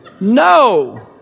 No